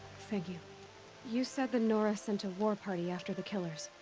thank you. you said the nora sent a war party after the killers?